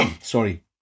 sorry